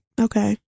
Okay